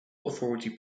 authority